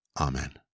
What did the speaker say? Amen